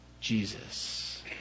Jesus